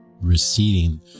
receding